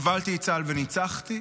קבלתי לצה"ל וניצחתי,